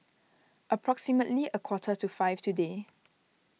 approximately a quarter to five today